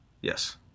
Yes